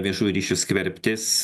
viešųjų ryšių skverbtis